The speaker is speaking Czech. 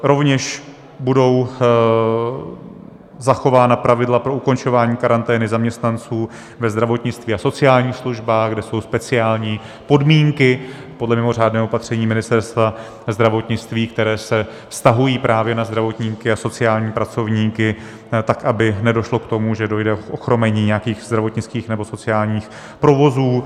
Rovněž budou zachována pravidla pro ukončování karantény zaměstnanců ve zdravotnictví a sociálních službách, kde jsou speciální podmínky podle mimořádného opatření Ministerstva zdravotnictví, které se vztahují právě na zdravotníky a sociální pracovníky, tak aby nedošlo k tomu, že dojde k ochromení nějakých zdravotnických nebo sociálních provozů.